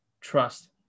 trust